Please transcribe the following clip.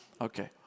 Okay